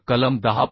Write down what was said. तर कलम 10